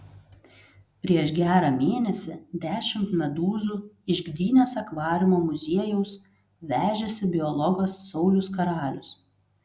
prieš gerą mėnesį dešimt medūzų iš gdynės akvariumo muziejaus vežėsi biologas saulius karalius